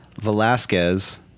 Velasquez